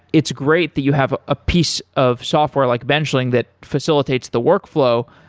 it's great that you have a piece of software like benchling that facilitates the workflow,